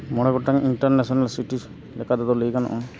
ᱢᱚᱬᱮ ᱜᱚᱴᱟᱱ international city ᱞᱮᱠᱟᱛᱮᱫᱚ ᱞᱟᱹᱭ ᱜᱟᱱᱚᱜᱼᱟ